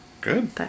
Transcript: Good